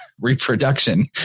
reproduction